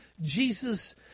Jesus